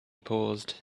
paused